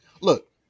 look